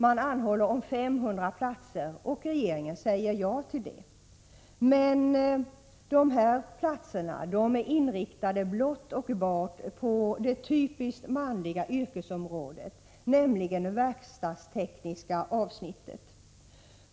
SÖ anhåller om 500 elevplatser, och regeringen säger ja till det. Dessa platser är dock inriktade blott och bart på det typiskt manliga yrkesområdet, nämligen det verkstadstekniska avsnittet.